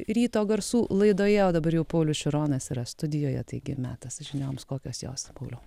ryto garsų laidoje o dabar jau paulius šironas yra studijoje taigi metas žinioms kokios jos pauliau